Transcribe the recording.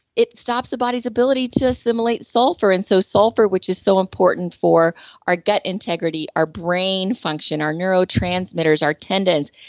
it stops the body's ability to assimilate sulfur, and so sulfur which is so important for our gut integrity, our brain function, our neuro transmitters, our tendons.